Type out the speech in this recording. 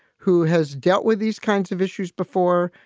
who has dealt with these kinds of issues before.